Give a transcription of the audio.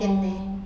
orh